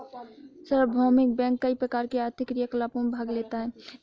सार्वभौमिक बैंक कई प्रकार के आर्थिक क्रियाकलापों में भाग लेता है